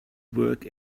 work